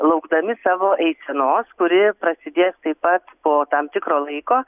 laukdami savo eisenos kuri prasidės taip pat po tam tikro laiko